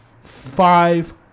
five